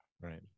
Right